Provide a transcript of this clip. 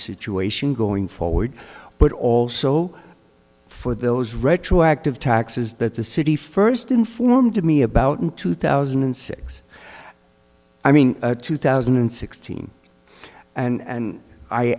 situation going forward but also for those retroactive taxes that the city first informed me about in two thousand and six i mean two thousand and sixteen and